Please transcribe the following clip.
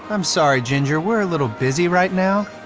i'm sorry, ginger. we're a little busy right now.